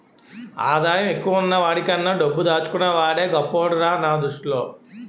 ఆదాయం ఎక్కువున్న వాడికన్నా డబ్బు దాచుకున్న వాడే గొప్పోడురా నా దృష్టిలో